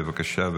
בבקשה,